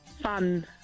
Fun